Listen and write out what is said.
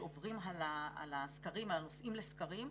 כשעוברים על הנושאים לסקרים,